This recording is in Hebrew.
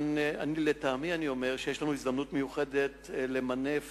לטעמי, יש לנו כאן הזדמנות מיוחדת למנף